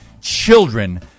children